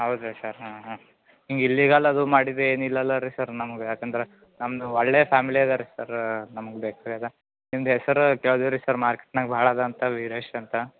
ಹೌದ ಸರ್ ಹಾಂ ಹಾಂ ಹಿಂಗೆ ಇಲ್ಲೀಗಲ್ ಅದು ಮಾಡಿದೇನು ಇಲ್ಲ ಅಲ್ಲ ರೀ ಸರ್ ನಮಗ ಯಾಕಂದರೆ ನಮ್ದು ಒಳ್ಳೆಯ ಫ್ಯಾಮಿಲಿ ಅದ ರೀ ಸರ್ ನಮ್ಗೆ ನಿಮ್ದು ಹೆಸರು ಕೇಳ್ದಿವಿ ರಿ ಸರ್ ಮಾರ್ಕೆಟ್ನಾಗ ಭಾಳ ಅದ ಅಂತ ವೀರೇಶ್ ಅಂತ